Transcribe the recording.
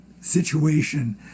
situation